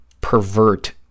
pervert